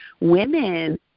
women